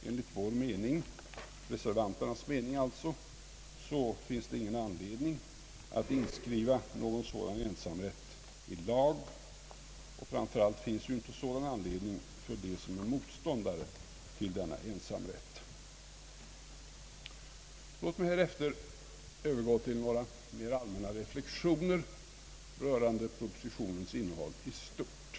Enligt vår i reservationen angivna mening finns det ingen anledning att inskriva någon sådan ensamrätt i lag, och framför allt finns det inte någon sådan anledning för dem som är motståndare till denna ensamrätt, Låt mig härefter övergå till några mer allmänna reflexioner rörande propositionens innehåll i stort.